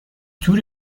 توری